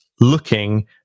looking